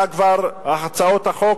אז הצעות החוק,